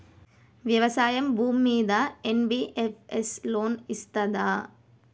వ్యవసాయం భూమ్మీద NBFS loan ఇస్తదా?